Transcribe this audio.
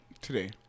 Today